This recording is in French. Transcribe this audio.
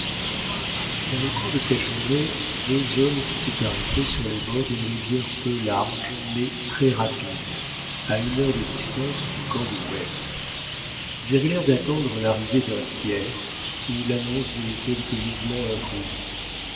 dans le cours de cette journée deux hommes s'étaient arrêtés sur les bords d'une rivière peu large mais très rapide à une heure de distance du camp de webb ils avaient l'air d'attendre l'arrivée d'un tiers ou l'annonce de quelque mouvement imprévu